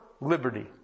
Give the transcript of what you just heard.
liberty